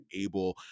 able